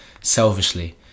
Selfishly